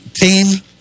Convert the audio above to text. Team